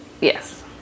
Yes